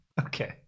Okay